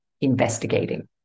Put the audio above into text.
investigating